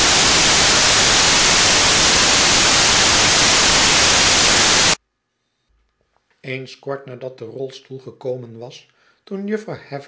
eens kort nadat de rolstoel gekomen was toen